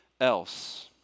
else